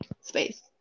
space